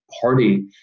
party